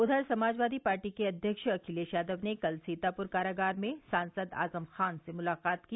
उधर समाजवादी पार्टी के अध्यक्ष अखिलेश यादव ने कल सीतापुर कारागार में सांसद आजम खान से मुलाकात की